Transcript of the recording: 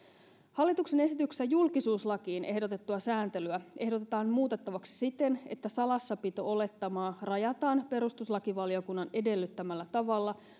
hallituksen esityksessä julkisuuslakiin ehdotettua sääntelyä ehdotetaan muutettavaksi siten että salassapito olettamaa rajataan perustuslakivaliokunnan edellyttämällä tavalla